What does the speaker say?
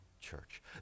church